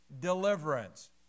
deliverance